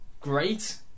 great